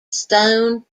stone